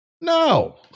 No